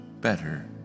better